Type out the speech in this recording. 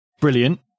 brilliant